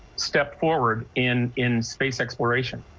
step forward in in space exploration.